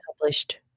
published